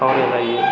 बावलायलायो